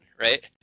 right